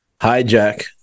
Hijack